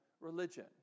religion